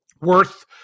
worth